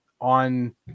on